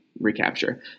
recapture